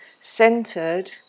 centered